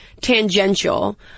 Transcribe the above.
tangential